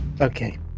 Okay